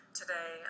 today